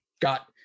got